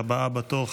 והבאה בתור,